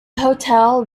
hotel